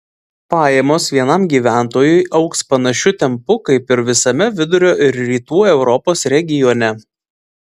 pajamos vienam gyventojui augs panašiu tempu kaip ir visame vidurio ir rytų europos regione